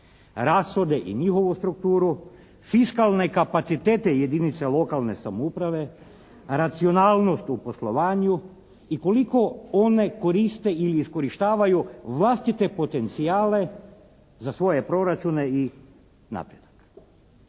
rashode i njihovu strukturu, fiskalne kapacitete jedinica lokalne samouprave, racionalnost u poslovanju i koliko one koriste ili iskorištavaju vlastite potencijale za svoje proračune i napredak.